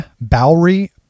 Bowery